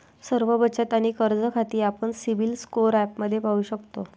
सर्व बचत आणि कर्ज खाती आपण सिबिल स्कोअर ॲपमध्ये पाहू शकतो